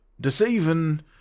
deceiving